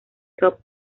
top